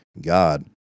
God